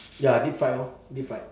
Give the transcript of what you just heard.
ya deep fried orh deep fried